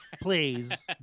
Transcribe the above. Please